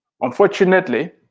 Unfortunately